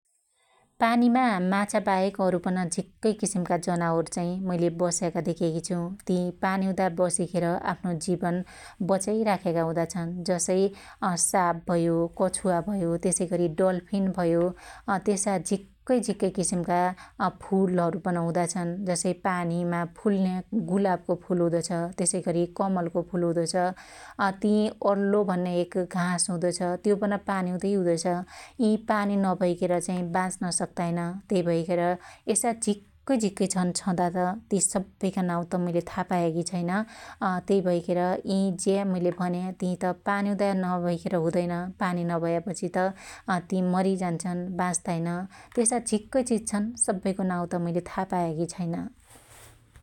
पानिमा माछा बाहेक अरुपन झीक्कै किसिमका जनावर चाहि मैइले बस्याका धेक्याकी छु । ति पानिउदा बसिखेर आफ्नो जीवन बचाई राख्या हुदा छन् । जसै साप भयो, कछुवा भयो, डल्फिन भयो, त्यसा झिक्कै झीक्कै किसिमका फुलहरु पन हुदा छन् । जसै पानीमा फुल्न्या गुलाबको फुल हुदो छ त्यसैगरी कमलको फुल हुदो छ ति अल्लो भन्या एक घास हुदो छ त्यो पन पानीउदै हुदो छ । यि पानि नभइखेर चाहि बाच्न सक्ताइन त्यइ भैखेर यसा झीक्कै झीक्कै छन छदात सब्बैका नाउ त मईले था लपायाकी छैन तै भैखेर यि ज्या मुईले भन्या ति त पानिउदा नभैखेर हुदैईन पानि नभयापछि त ति मरीजान्छ बाच्दाइन त्यसा झीक्कै चिज छन् सब्बैको नाउत मुईले था पायाकी छैन ।